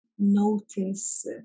Notice